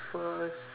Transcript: first